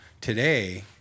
today